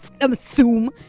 assume